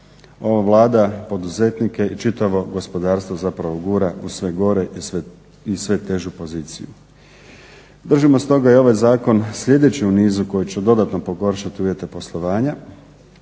ova Vlada poduzetnike i čitavo gospodarstvo zapravo gura u sve gore i sve težu poziciju. Držimo stoga i ovaj zakon sljedeći u nizu koji će dodatno pogoršati uvjete poslovanja,